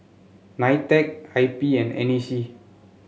Nitec I P and N A C